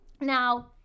Now